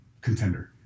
contender